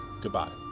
Goodbye